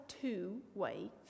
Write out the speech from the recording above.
two-way